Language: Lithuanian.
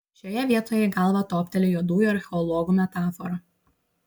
šioje vietoje į galvą topteli juodųjų archeologų metafora